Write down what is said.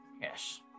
Yes